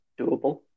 doable